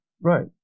Right